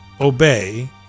Obey